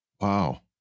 Wow